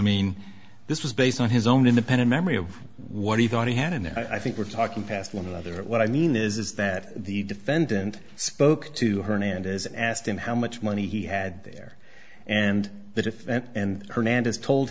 mean this was based on his own independent memory of what he thought he had and i think we're talking past one another what i mean is that the defendant spoke to her hand as asked him how much money he had there and the defense and hernandez told